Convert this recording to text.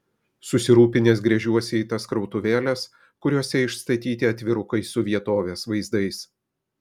susirūpinęs gręžiuosi į tas krautuvėles kuriose išstatyti atvirukai su vietovės vaizdais